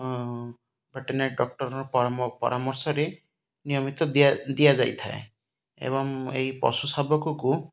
veterinary ଡକ୍ଟରଙ୍କ ପରାମର୍ଶରେ ନିୟମିତ ଦିଆ ଦିଆଯାଇଥାଏ ଏବଂ ଏହି ପଶୁ ଶାବକକୁ